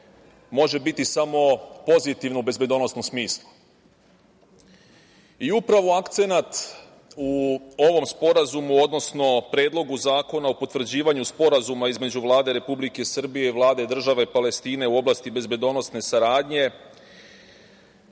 može biti samo pozitivno u bezbednosnom smislu. Upravo akcenat u ovom sporazumu, odnosno Predlogu zakona o potvrđivanju Sporazuma između Vlade Republike Srbije i Vlade Države Palestine u oblasti bezbednosne saradnje